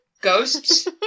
Ghosts